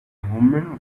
hummeln